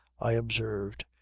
i observed,